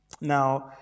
Now